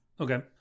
Okay